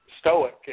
stoic